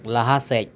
ᱞᱟᱦᱟ ᱥᱮᱪ